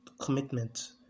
commitment